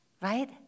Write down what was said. Right